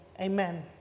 Amen